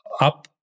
up